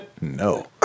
No